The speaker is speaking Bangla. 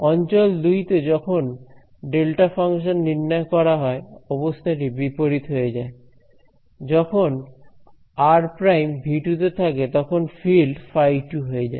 অঞ্চল 2 তে যখন ডেল্টা ফাংশন নির্ণয় করা হয় অবস্থাটি বিপরীত হয়ে যায় যখন r′ V 2 তে থাকে তখন ফিল্ড φ2 হয়ে যায়